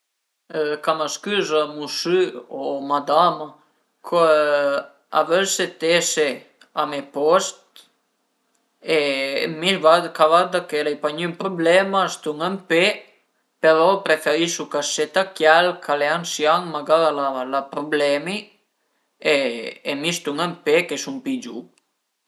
Pìu ël regal, pìu 'na carta ch'a m'pias, pöi apres la puntaiu s'la taula e i bütu ën sima ël regal, pöi dopu piegu la carta e ënvizinu i due lembi e veiu se i arivu. Üna volta che i arivu pìu ën toch dë scotch e i lu bütu e pöi dopu saru i lati e i bütu ün fioch